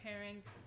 parents